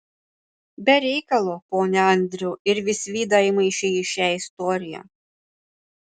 be reikalo pone andriau ir visvydą įmaišei į šią istoriją